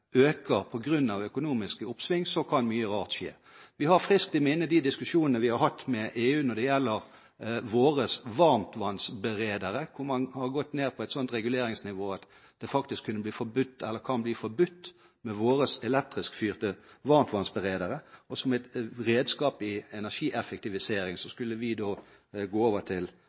øker på grunn av økonomisk oppsving, kan mye rart skje. Vi har friskt i minne de diskusjonene vi har hatt med EU når det gjelder våre varmtvannsberedere, hvor man har gått ned på et slikt reguleringsnivå at det faktisk kan bli forbudt med våre elektrisk fyrte varmtvannsberedere. Som et redskap i energieffektiviseringen skulle vi da gå over til